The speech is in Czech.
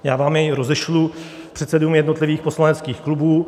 Já vám jej rozešlu předsedům jednotlivých poslaneckých klubů.